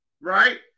right